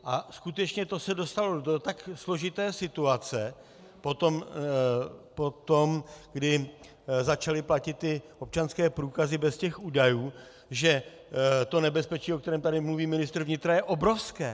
A skutečně to se dostalo do tak složité situace po tom, kdy začaly platit ty občanské průkazy bez údajů, že to nebezpečí, o kterém tady mluví ministr vnitra je obrovské.